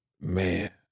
man